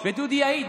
ודודי יעיד,